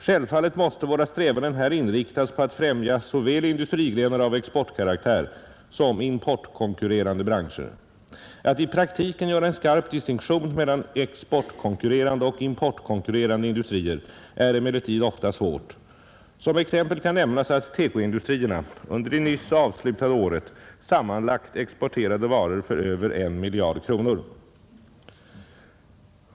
Självfallet måste våra strävanden här inriktas på att främja såväl industrigrenar av exportkaraktär som importkonkurrerande branscher. Att i praktiken göra en skarp distinktion mellan exportkonkurrerande och importkonkurrerande industrier är emellertid ofta svårt. Som exempel kan nämnas att TEKO-industrierna under det nyss avslutade året sammanlagt exporterade varor för över 1 miljard kronor.